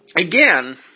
again